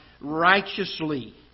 Righteously